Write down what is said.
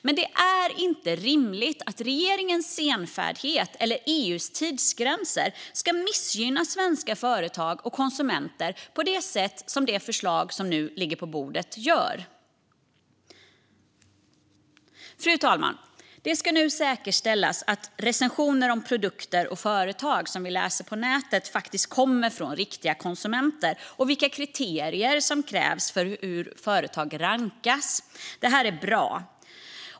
Men det är inte rimligt att regeringens senfärdighet eller EU:s tidsgränser ska missgynna svenska företag och konsumenter på det sätt som det förslag som nu ligger på bordet gör. Fru talman! Det ska nu säkerställas att de recensioner om produkter och företag som vi läser på nätet faktiskt kommer från riktiga konsumenter och vilka kriterier som bestämmer hur företag rankas. Det är bra.